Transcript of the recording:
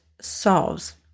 solves